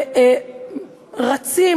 ורצים,